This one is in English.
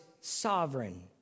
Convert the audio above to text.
sovereign